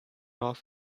off